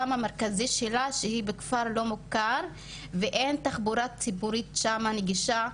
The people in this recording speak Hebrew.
שהיא בכפר לא מוכר ואין תחבורה ציבורים נגישה שם,